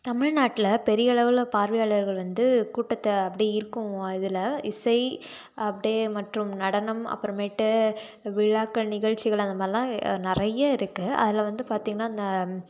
தமிழ்நாட்டில பெரிய அளவில் பார்வையாளர்கள் வந்து கூட்டத்தை அப்படியே ஈர்க்கும் அதில் இசை அப்படியே மற்றும் நடனம் அப்புறமேட்டு விழாக்கள் நிகழ்ச்சிகள் அந்த மாதிரிலாம் நிறைய இருக்குது அதில் வந்து பார்த்திங்கன்னா அந்த